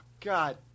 God